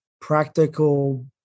practical